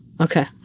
okay